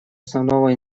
основного